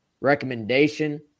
recommendation